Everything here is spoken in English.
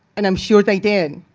and i'm sure they did.